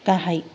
गाहाइ